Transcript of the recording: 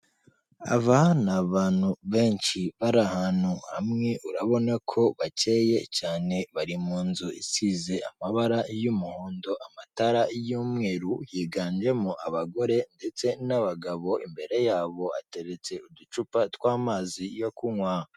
Aba ni abantu benshi bari ahantu hamwe, urabona ko bakeyeye cyane, bari mu nzu isize amabara y'umuhondo, amatara y'umweru, higanjemo abagore ndetse n'abagabo, imbere yabo hateretse uducupa tw'amazi yo kunywa.